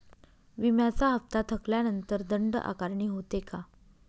विम्याचा हफ्ता थकल्यानंतर दंड आकारणी होते का?